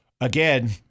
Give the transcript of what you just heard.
again